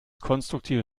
konstruktive